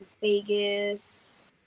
Vegas